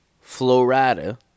Florida